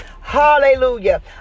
Hallelujah